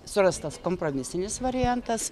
surastas kompromisinis variantas